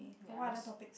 ya must